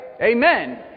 Amen